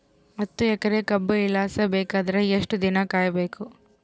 ಹತ್ತು ಎಕರೆ ಕಬ್ಬ ಇಳಿಸ ಬೇಕಾದರ ಎಷ್ಟು ದಿನ ಕಾಯಿ ಬೇಕು?